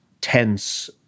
tense